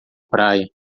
praia